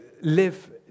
live